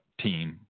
team